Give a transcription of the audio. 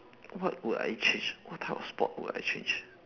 what would I change what type of sport would I change